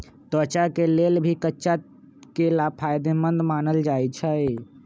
त्वचा के लेल भी कच्चा केला फायेदेमंद मानल जाई छई